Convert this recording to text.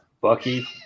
Bucky